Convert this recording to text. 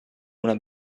una